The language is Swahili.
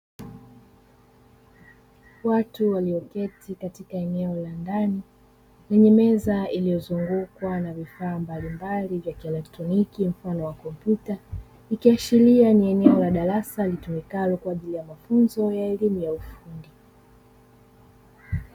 Watu walioketi katika eneo la ndani, yenye meza iliyozungukwa na vifaa mbalimbali vya kielektroniki, mfano wa kompyuta, ikiashiria ni eneo la darasa litumikalo kwa ajili ya mafunzo ya elimu ya ufundi.